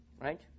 right